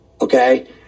okay